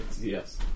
Yes